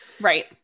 Right